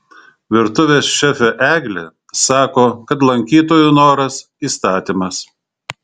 virtuvės šefė eglė sako kad lankytojų noras įstatymas